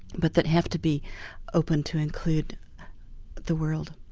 but that have to be open to include the world.